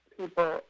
people